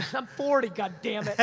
i'm forty, goddamn it!